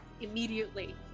immediately